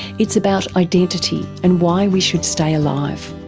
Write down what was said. it's about identity and why we should stay alive.